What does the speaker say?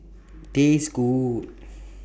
Taste Good